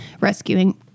rescuing